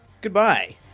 Goodbye